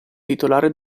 titolare